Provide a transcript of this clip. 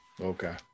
okay